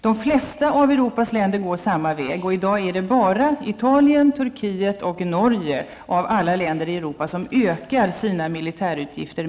De flesta av Europas länder går samma väg, och i dag är det bara Italien, Turkiet och Norge av alla länder i Europa som mer än marginellt ökar sina militärutgifter.